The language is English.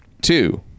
two